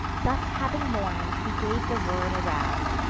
thus having mourn'd, he gave the word around,